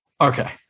Okay